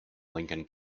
lincoln